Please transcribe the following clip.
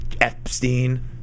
Epstein